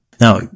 Now